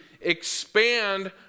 expand